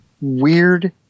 weird